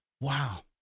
Wow